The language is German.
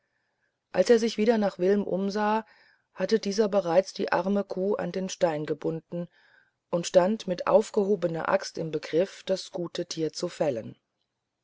als er sich wieder nach wilm umsah hatte dieser bereits die arme kuh an den stein gebunden und stand mit aufgehobener axt im begriff das gute tier zu fällen